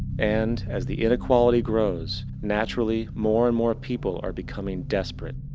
and, as the inequality grows, naturally, more and more people are becoming desperate.